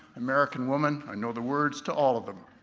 american woman. i know the words to all of them.